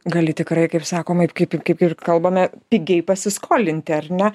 gali tikrai kaip sakoma ir kaip ir kaip ir kalbame pigiai pasiskolinti ar ne